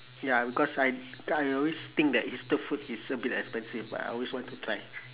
ya because I I always think that hipster food is a bit expensive but I always want to try